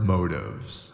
Motives